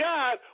God